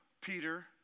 Peter